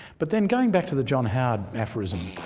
but then going back to the john howard aphorism